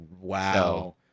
Wow